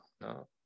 No